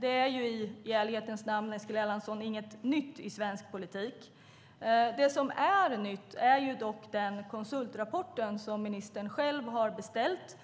Det är i ärlighetens namn, Eskil Erlandsson, inget nytt i svensk politik. Det som är nytt är dock den konsultrapport som ministern själv har beställt